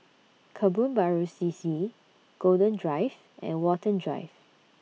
Kebun Baru C C Golden Drive and Watten Drive